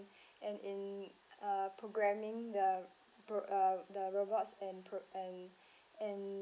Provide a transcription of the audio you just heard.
and in uh programming the br~ uh the robots and pro~ and and